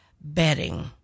bedding